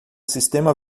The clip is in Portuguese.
sistema